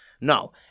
no